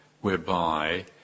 whereby